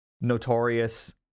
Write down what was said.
notorious